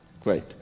Great